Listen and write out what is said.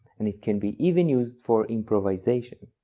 and it can be even used for improvisation.